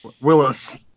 Willis